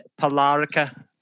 Polarica